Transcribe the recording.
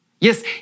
Yes